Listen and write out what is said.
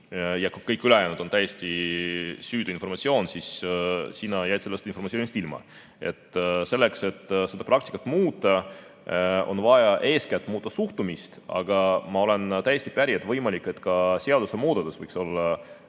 ja kõik ülejäänu on täiesti süütu informatsioon, siis sina jääd sellest informatsioonist ilma. Selleks, et seda praktikat muuta, on vaja eeskätt muuta suhtumist, aga ma olen täiesti päri, et ka seadusemuudatus võiks olla